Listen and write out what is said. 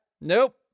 Nope